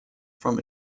from